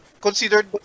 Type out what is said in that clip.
considered